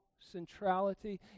Centrality